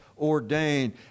ordained